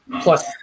plus